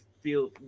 feel